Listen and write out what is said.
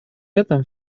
этом